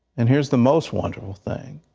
and here's the most wonderful thing,